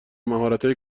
مهارتهای